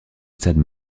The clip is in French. stade